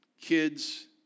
kids